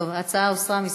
ההצעה הוסרה מסדר-היום.